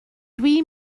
dwi